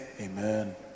amen